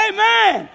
Amen